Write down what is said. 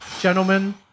gentlemen